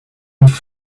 with